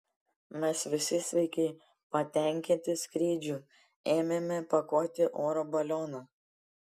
mes visi sveiki patenkinti skrydžiu ėmėme pakuoti oro balioną